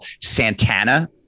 Santana